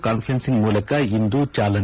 ಕಾನ್ನರೆನ್ತಿಂಗ್ ಮೂಲಕ ಇಂದು ಚಾಲನೆ